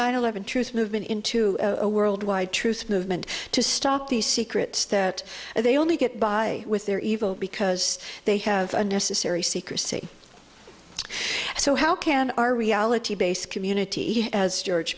nine eleven truth movement into a worldwide truth movement to stop these secrets that they only get by with their evil because they have unnecessary secrecy so how can our reality based community as george